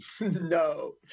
No